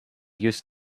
used